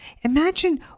imagine